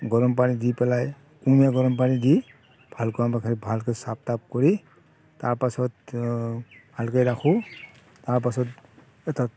গৰম পানী দি পেলাই কুহুমীয়া গৰম পানী দি ভালকৈ আমাক সেই ভালকৈ চাফ টাফ কৰি তাৰপাছত ভালকৈ ৰাখোঁ তাৰপাছত পেটত